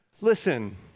listen